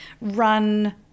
run